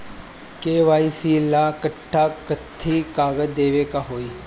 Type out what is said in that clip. KYC ला कट्ठा कथी कागज देवे के होई?